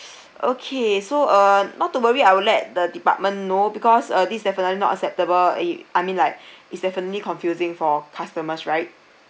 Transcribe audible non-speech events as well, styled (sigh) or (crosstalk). (breath) okay so uh not to worry I will let the department know because uh this is definitely not acceptable it I mean like (breath) it's definitely confusing for customers right